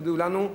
הודיעו לנו,